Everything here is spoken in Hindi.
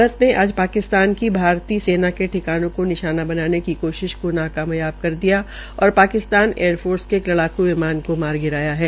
भारत ने आज पाकिस्तान की भारतीय सेना के ठिकानों पर निशाना बनाने की कोशिश को नाकामयाव कर दिया और पाकिस्तान एयर फोर्स के एक लड़ाकू विमान को मार गिराया है